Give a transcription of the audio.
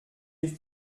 est